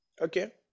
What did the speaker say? Okay